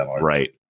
right